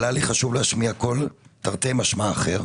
אבל היה לי חשוב להשמיע קול תרתי משמע, אחר.